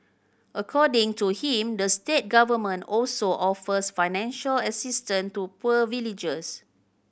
according to him the state government also offers financial assistance to poor villagers